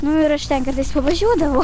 nu ir aš ten kartais pavažiuodavau